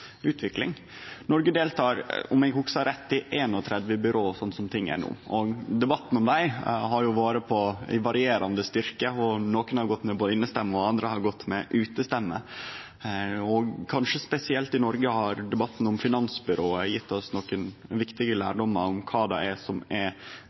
utvikling. Noreg deltar – om eg hugsar rett – i 31 byrå slik ting er no. Debattane om dei har vore varierande i styrke – og nokre har gått med innestemme, og andre har gått med utestemme. Og kanskje spesielt i Noreg har debatten om finansbyrået gjeve oss nokre viktige